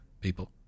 people